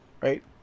right